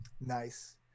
Nice